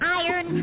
iron